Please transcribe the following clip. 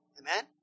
Amen